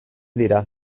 dira